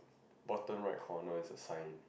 bottom right corner is a sign